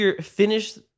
finish